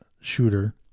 shooter